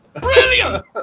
Brilliant